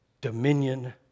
dominion